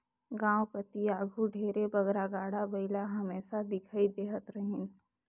गाँव कती आघु ढेरे बगरा गाड़ा बइला हमेसा दिखई देहत रहिन